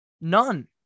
None